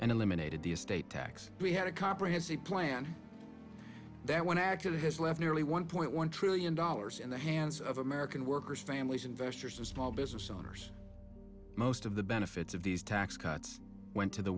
and eliminated the estate tax we had a comprehensive plan that one actually has left nearly one point one trillion dollars in the hands of american workers families investors and small business owners most of the benefits of these tax cuts went to the